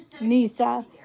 Nisa